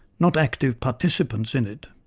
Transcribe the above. not active participants in it.